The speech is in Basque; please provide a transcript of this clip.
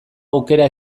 aukera